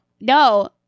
No